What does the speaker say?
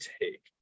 take